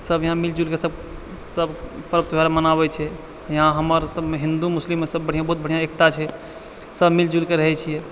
सभ इहाँ मिलजुलि कऽ सभ सभ पर्ब त्यौहार मनाबै छै इहाँ हमर सभमे हिन्दू मुस्लिम मे सभ बढ़िआँ बहुत बढ़िआँ एकता छै सभ मिलिजुलि कऽ रहै छियै